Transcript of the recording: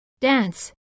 dance